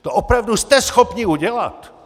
To opravdu jste schopni udělat?